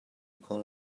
kho